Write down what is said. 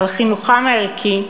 על חינוכם הערכי,